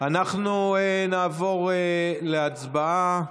אנחנו נעבור להצבעה.